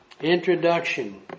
Introduction